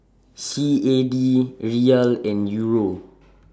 C A D Riyal and Euro